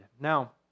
Now